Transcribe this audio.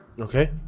okay